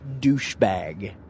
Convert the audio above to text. douchebag